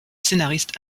scénariste